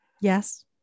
yes